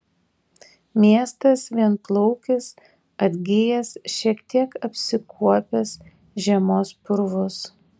miestas vienplaukis atgijęs šiek tiek apsikuopęs žiemos purvus